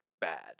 bad